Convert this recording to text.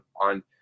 on